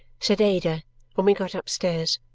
said ada when we got upstairs.